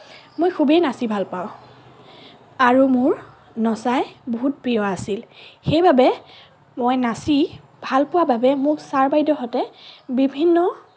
মই খুবেই নাচি ভাল পাওঁ আৰু মোৰ নচাই বহুত প্ৰিয় আছিল সেইবাবে মই নাচি ভাল পোৱা বাবে মোক ছাৰ বাইদেউহঁতে বিভিন্ন